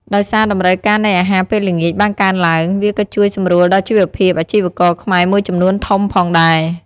ដោយសារតម្រូវការនៃអាហារពេលល្ងាចបានកើនឡើង វាក៏ជួយសម្រួលដល់ជីវភាពអាជីវករខ្មែរមួយចំនួនធំផងដែរ។